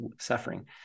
suffering